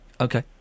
Okay